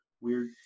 Weird